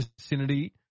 vicinity